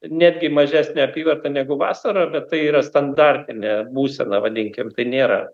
netgi mažesnė apyvarta negu vasarą bet tai yra standartinė būsena vadinkim tai nėra